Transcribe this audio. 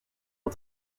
ont